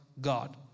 God